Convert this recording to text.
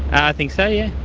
i think so, yeah